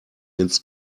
ins